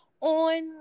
on